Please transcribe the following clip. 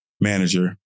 manager